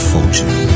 Fortune